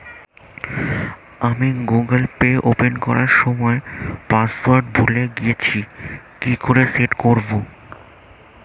আমি Google Pay open করার সময় পাসওয়ার্ড ভুলে গেছি কি করে সেট করব?